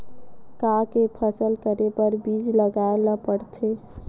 का के फसल करे बर बीज लगाए ला पड़थे?